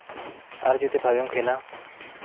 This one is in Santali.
ᱟᱨ ᱡᱩᱫᱤ ᱵᱷᱟᱜᱮᱢ ᱠᱷᱮᱞᱟ